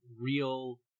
real